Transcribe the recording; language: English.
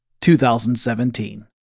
2017